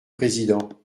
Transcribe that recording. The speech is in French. président